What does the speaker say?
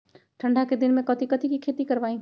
ठंडा के दिन में कथी कथी की खेती करवाई?